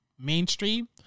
mainstream